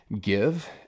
give